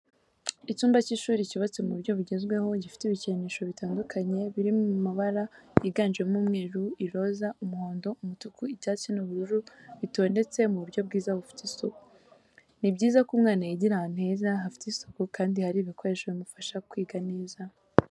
Icyumba cy'ishuri cyubatse mu buryo bugezweho gifite ibikinisho bitandukanye biri mabara yiganjemo umweru, iroza, umuhondo, umutuku, icyatsi n'ubururu bitondetse mu buryo bwiza bufite isuku. Ni byiza ko umwana yigira ahantu heza hafite isuku kandi hari ibikoresho bimufasha kwiga neza.